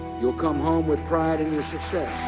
you'll come home with pride in your success